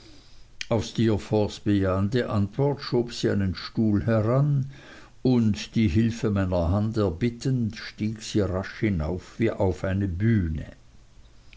steerforths bejahende antwort schob sie einen stuhl daran und die hilfe meiner hand erbittend stieg sie rasch hinauf wie auf eine bühne